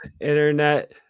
internet